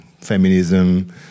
feminism